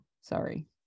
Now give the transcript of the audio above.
Sorry